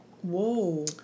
Whoa